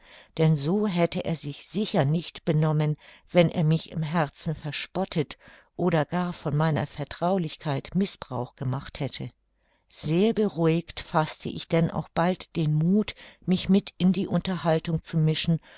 denn so hätte er sich sicher nicht benommen wenn er mich im herzen verspottet oder gar von meiner vertraulichkeit mißbrauch gemacht hätte sehr beruhigt faßte ich denn auch bald den muth mich mit in die unterhaltung zu mischen